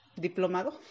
diplomado